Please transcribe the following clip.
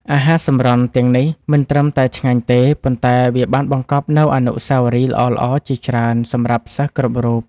អាហារសម្រន់ទាំងនេះមិនត្រឹមតែឆ្ងាញ់ទេប៉ុន្តែវាបានបង្កប់នូវអនុស្សាវរីយ៍ល្អៗជាច្រើនសម្រាប់សិស្សគ្រប់រូប។